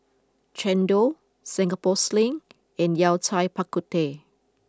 Chendol Singapore Sling and Yao Cai Bak Kut Teh